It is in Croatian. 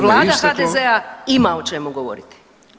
Vlada HDZ-a ima o čemu govoriti.